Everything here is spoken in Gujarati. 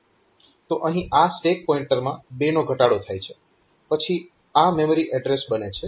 તો અહીં આ સ્ટેક પોઇન્ટરમાં 2 નો ઘટાડો થાય છે પછી આ મેમરી એડ્રેસ બને છે